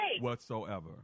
whatsoever